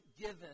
given